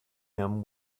him